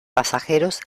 pasajeros